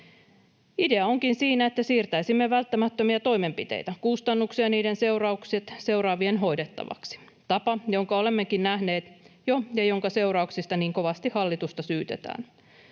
Idea onkin siinä, että siirtäisimme välttämättömiä toimenpiteitä, kustannuksia ja niiden seuraukset seuraavien hoidettavaksi — tapa, jonka olemmekin nähneet jo ja jonka seurauksista niin kovasti hallitusta syytetään.